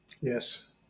Yes